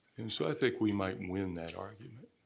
and so i think we might win that argument.